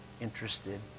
Interested